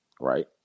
right